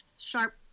sharp